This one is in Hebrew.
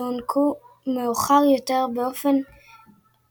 שהוענקו מאוחר יותר באופן